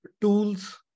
tools